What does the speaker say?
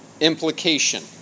implication